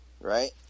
right